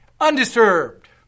Undisturbed